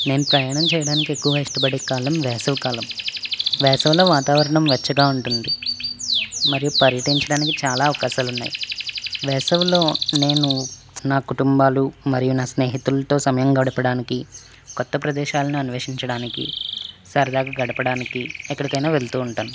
నేను ప్రయాణం చేయడానికి ఎక్కువగా ఇష్టపడే కాలం వేసవి కాలం వేసవిలో వాతావరణం వెచ్చగా ఉంటుంది మరియు పర్యటించడానికి చాలా అవకాశాలు ఉన్నాయి వేసవిలో నేను నా కుటుంబాలు మరియు నా స్నేహితులతో సమయం గడపడానికి కొత్త ప్రదేశాలను అన్వేషించడానికి సరదాగా గడపడానికి ఎక్కడికైనా వెళ్తూ ఉంటాను